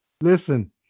Listen